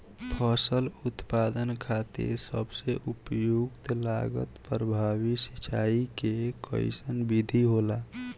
फसल उत्पादन खातिर सबसे उपयुक्त लागत प्रभावी सिंचाई के कइसन विधि होला?